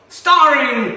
starring